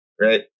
right